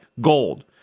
gold